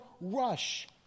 rush